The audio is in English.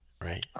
Right